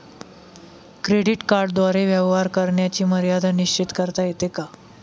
Credit कार्डद्वारे व्यवहार करण्याची मर्यादा निश्चित करता येते का?